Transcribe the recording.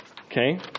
Okay